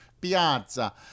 piazza